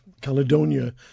Caledonia